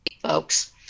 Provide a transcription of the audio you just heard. folks